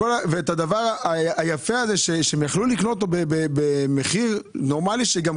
את הדבר היפה הזה שהם יכלו לקנות אותו במחיר נורמלי שגם